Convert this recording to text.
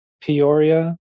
Peoria